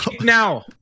now